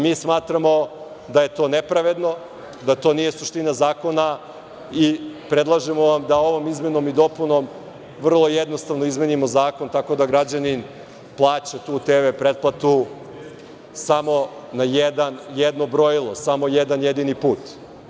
Mi smatramo da je to nepravedno, da to nije suština zakona i predlažemo vam da ovom izmenom i dopunom vrlo jednostavno izmenimo zakon tako da građanin plaća tu TV pretplatu samo na jedno brojilo, samo jedan jedini put.